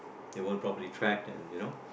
it won't properly track in you know